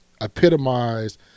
epitomized